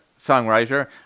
songwriter